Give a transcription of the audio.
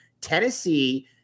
Tennessee